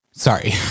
Sorry